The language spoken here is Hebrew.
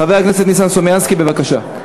חבר הכנסת ניסן סלומינסקי, בבקשה.